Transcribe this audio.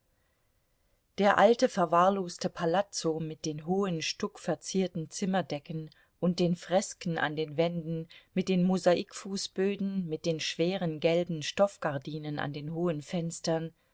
der alte verwahrloste palazzo mit den hohen stuckverzierten zimmerdecken und den fresken an den wänden mit den mosaikfußböden mit den schweren gelben stoffgardinen an den hohen fenstern